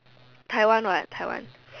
Taiwan what Taiwan